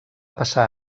passar